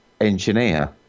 engineer